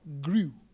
grew